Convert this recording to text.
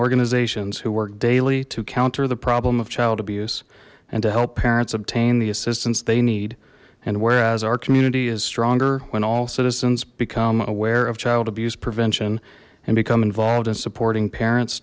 organizations who work daily to counter the problem of child abuse and help parents obtain the assistance they need and whereas our community is stronger when all citizens become aware of child abuse prevention and become involved in supporting parents